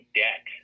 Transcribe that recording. debt